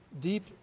deep